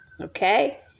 Okay